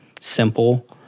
simple